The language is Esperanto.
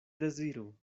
deziru